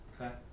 Okay